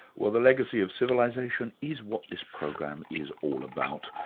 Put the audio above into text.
well the legacy of civilisation is what this program is all about.